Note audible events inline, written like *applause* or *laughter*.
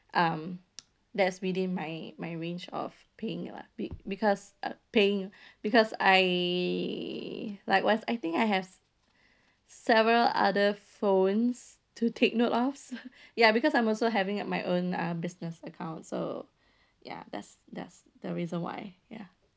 um that's within my my range of paying lah be~ because uh paying because I like what's I think I have several other phones to take note of *laughs* ya because I'm also having at my own uh business account so ya that's that's the reason ya